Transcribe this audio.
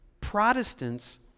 Protestants